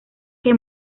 que